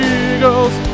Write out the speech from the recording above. eagles